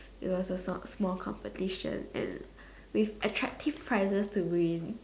it was a small competition with attractive prizes to win